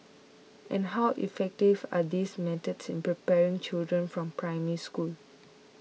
and how effective are these methods in preparing children from Primary School